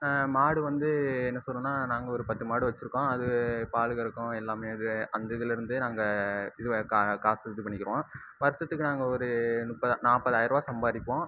மாடு வந்து என்ன சொல்றேன்னா நாங்கள் ஒரு பத்து மாடு வெச்சுருக்கோம் அது பால் கறக்கும் எல்லாம் இது அந்த இதில் இருந்தே நாங்கள் இதுவாக காசு இது பண்ணிக்கிடுவோம் வருசத்துக்கு நாங்கள் ஒரு முப்பதா நாற்பதாயிருவா சம்பாதிப்போம்